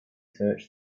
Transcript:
search